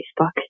Facebook